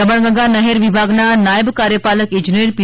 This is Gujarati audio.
દમણગંગા નહેર વિભાગના નાયબ કાર્યપાલક ઈજનેર પી